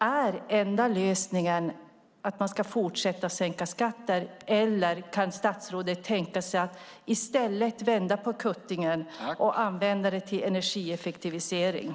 Är den enda lösningen att fortsätta sänka skatterna, eller kan statsrådet tänka sig att i stället vända på kuttingen och använda pengarna till energieffektiviseringar?